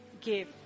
give